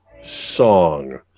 song